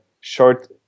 short